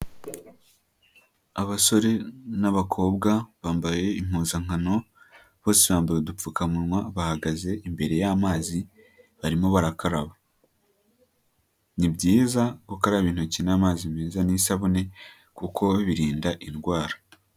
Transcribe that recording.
Abasore n'abakobwa bambaye impuzankano base bambaye udupfukamunwa bahagaze imbere y'amazi barimo barakaraba. Ni byiza gukaraba intoki n'amazi meza n'isabune kuko birinda indwara.